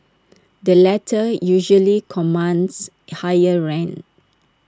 the latter usually commands higher rent